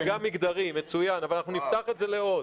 וגם מגדרי, מצוין, אבל אנחנו נפתח את זה לעוד.